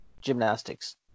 gymnastics